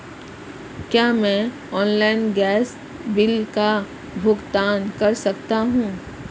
क्या मैं online gas bill का भुगतान कर सकता हूँ?